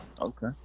Okay